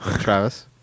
Travis